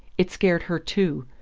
it scared her too,